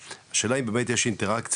השאלה אם באמת יש אינטראקציה,